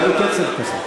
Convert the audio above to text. לא בקצב כזה.